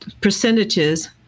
percentages